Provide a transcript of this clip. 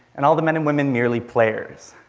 and all the men and women merely players.